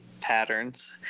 patterns